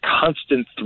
constant